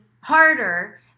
harder